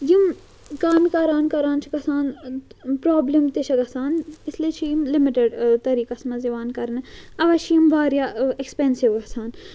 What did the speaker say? یِم کامہِ کَران کَران چھِ گژھان پرٛابلِم تہِ چھِےٚ گَژھان اِسلیے چھِ یِم لِمِٹِڈ طٔریٖقَس مَنٛز یِوان کَرنہٕ اَوَے چھِ یِم واریاہ ایٚکٕسپٮ۪نسِو گَژھان